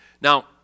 Now